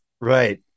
Right